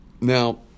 Now